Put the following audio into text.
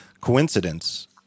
coincidence